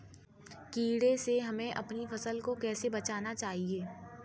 कीड़े से हमें अपनी फसल को कैसे बचाना चाहिए?